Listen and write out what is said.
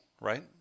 right